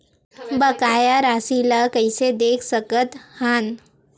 बकाया राशि ला कइसे देख सकत हान?